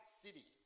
city